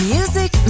Music